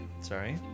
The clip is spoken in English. Sorry